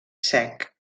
sec